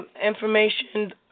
information